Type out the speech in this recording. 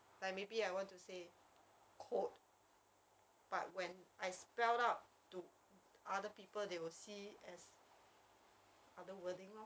like maybe I want to say code but when I spelt out to other people they will see as other worthing lor